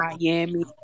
Miami